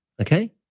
okay